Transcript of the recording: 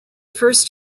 first